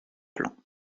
plans